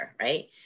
right